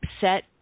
set